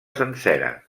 sencera